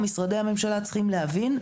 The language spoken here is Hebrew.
משרדי הממשלה צריכים להבין,